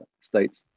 states